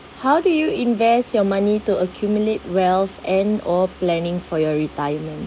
how do you invest your money to accumulate wealth and or planning for your retirement